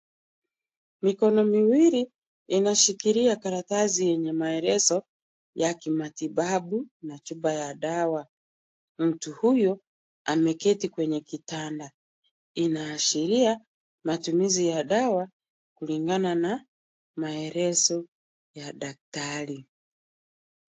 Mikono miwili inashikilia karatasi yenye maelezo ya kimatibabu na tiba ya sawa. Mtu huyu ameketi kwenye kitanda, inaashiria matumizi ya dawa kulingana na maelezo ya daktari.